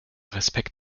respekt